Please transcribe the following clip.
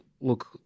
look